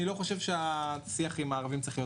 אני לא חושב שהשיח עם הערבים צריך להיות